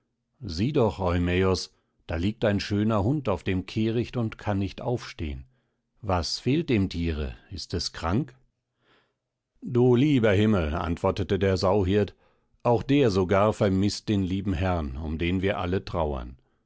sieh doch eumäos da liegt ein schöner hund auf dem kehricht und kann nicht aufstehn was fehlt dem tiere ist es krank du lieber himmel antwortete der sauhirt auch der sogar vermißt den lieben herrn um den wir alle trauern